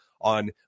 on